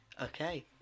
okay